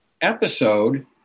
episode